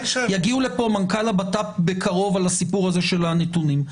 יגיע לפה מנכ"ל הבט"פ בקרוב על הסיפור הזה של הנתונים.